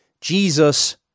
Jesus